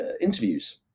interviews